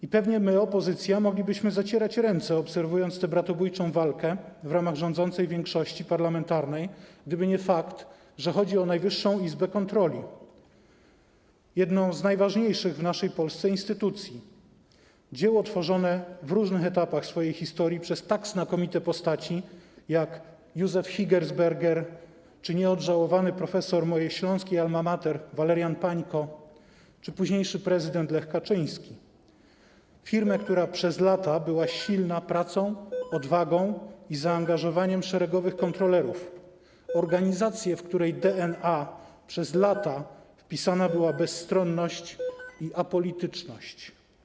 I pewnie my, opozycja, moglibyśmy zacierać ręce, obserwując tę bratobójczą walkę w ramach rządzącej większości parlamentarnej, gdyby nie fakt, że chodzi o Najwyższą Izbę Kontroli, jedną z najważniejszych w naszej Polsce instytucji, dzieło tworzone w różnych etapach swojej historii przez tak znakomite postaci jak Józef Higersberger, nieodżałowany profesor mojej śląskiej Alma Mater Walerian Pańko czy późniejszy prezydent Lech Kaczyński, firmę, która przez lata była silna pracą, odwagą i zaangażowaniem szeregowych kontrolerów, organizację, w której DNA przez lata wpisana była bezstronność i apolityczność.